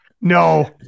No